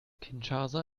kinshasa